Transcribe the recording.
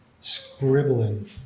scribbling